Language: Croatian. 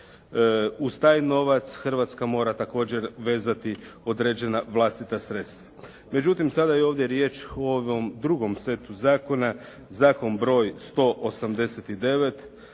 Uz taj novac Hrvatska mora također vezati određena vlastita sredstva. Međutim sada je i ovdje riječ o ovom drugom setu zakona, zakon broj 189.